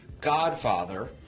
godfather